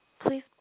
Please